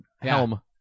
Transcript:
helm